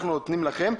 אנחנו נותנים לכם.